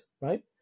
right